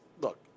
look